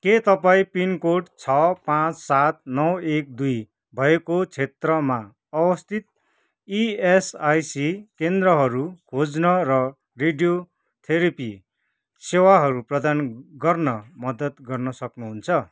के तपाईँ पिनकोड छ पाँच सात नौ एक दुई भएको क्षेत्रमा अवस्थित इएसआइसी केन्द्रहरू खोज्न र रेडियोथेरापी सेवाहरू प्रदान गर्न मद्दत गर्न सक्नुहुन्छ